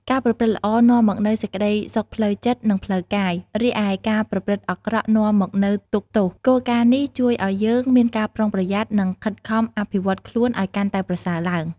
ការប្រព្រឹត្តល្អនាំមកនូវសេចក្តីសុខផ្លូវចិត្ត និងផ្លូវកាយ រីឯការប្រព្រឹត្តអាក្រក់នាំមកនូវទុក្ខទោស។ គោលការណ៍នេះជួយឲ្យយើងមានការប្រុងប្រយ័ត្ន និងខិតខំអភិវឌ្ឍខ្លួនឲ្យកាន់តែប្រសើរឡើង។